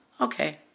Okay